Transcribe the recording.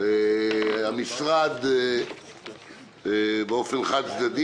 המשרד באופן חד-צדדי,